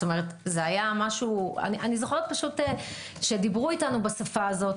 דיברו אתנו בשפה הזאת.